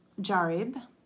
Jarib